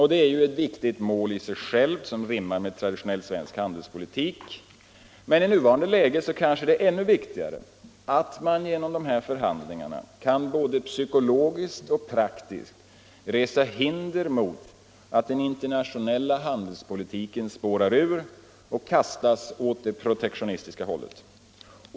Det är ett viktigt mål i sig självt, och det rimmar med tra 19 mars 1975 ditionell svensk handelspolitik, men i nuvarande läge är det kanskeännu Lo viktigare att man genom de här förhandlingarna kan både psykologiskt = Utrikes-, handelsoch praktiskt resa hinder mot att den internationella handelspolitiken och valutapolitisk spårar ur och kastas åt det protektionistiska hållet.